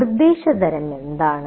നിർദ്ദേശ തരം എന്താണ്